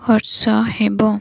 ଖର୍ଚ୍ଚ ହେବ